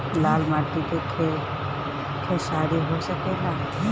लाल माटी मे खेसारी हो सकेला?